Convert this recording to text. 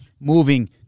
moving